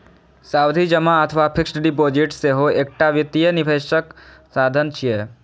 सावधि जमा अथवा फिक्स्ड डिपोजिट सेहो एकटा वित्तीय निवेशक साधन छियै